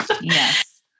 yes